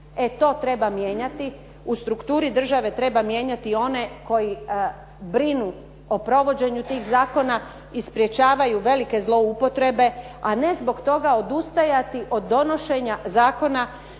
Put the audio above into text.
E to treba mijenjati, u strukturi države treba mijenjati one koji brinu o provođenju tih zakona i sprečavaju velike zloupotrebe, a ne zbog toga odustajati od donošenja zakona